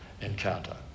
encounter